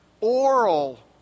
oral